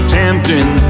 tempting